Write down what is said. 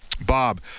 Bob